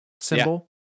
symbol